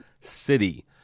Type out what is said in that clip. city